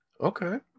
Okay